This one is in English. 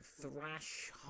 thrash